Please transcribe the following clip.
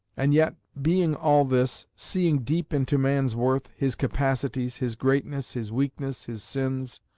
and yet being all this, seeing deep into man's worth, his capacities, his greatness, his weakness, his sins,